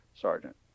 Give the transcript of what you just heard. sergeant